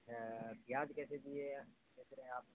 اچھا پیاز کیسے دیئے ہیں بیچ رہے ہیں آپ